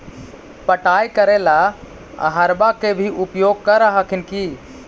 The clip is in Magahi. पटाय करे ला अहर्बा के भी उपयोग कर हखिन की?